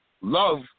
love